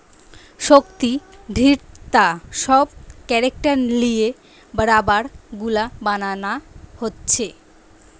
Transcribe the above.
শক্তি, দৃঢ়তা সব ক্যারেক্টার লিয়ে রাবার গুলা বানানা হচ্ছে